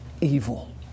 evil